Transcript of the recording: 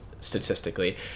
statistically